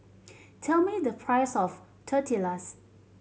tell me the price of Tortillas